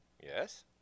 Yes